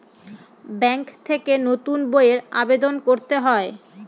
bank থেকে নতুন বইয়ের আবেদন করতে হয়